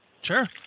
Sure